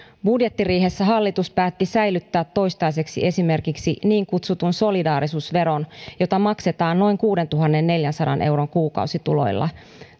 budjettiriihessä hallitus päätti säilyttää toistaiseksi esimerkiksi niin kutsutun solidaarisuusveron jota maksetaan noin kuudentuhannenneljänsadan euron kuukausituloilla